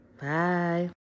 Bye